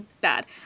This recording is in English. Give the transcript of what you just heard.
bad